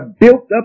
built-up